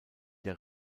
der